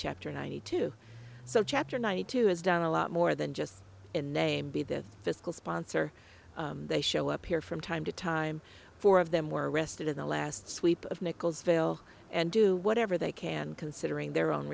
chapter ninety two so chapter ninety two is done a lot more than just be the fiscal sponsor they show up here from time to time four of them were arrested in the last sweep of nichols fail and do whatever they can considering their own